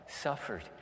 suffered